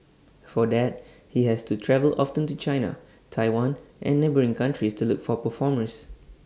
for that he has to travel often to China Taiwan and neighbouring countries to look for performers